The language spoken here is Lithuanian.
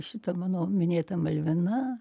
šita mano minėta malvina